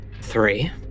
Three